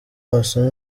wasoma